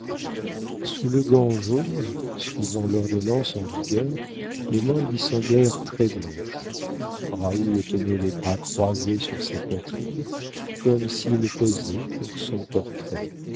sous le gant jaune suivant l'ordonnance en vigueur les mains lui semblèrent très blanches raoul tenait les bras croisés sur sa poitrine comme s'il posait pour son portrait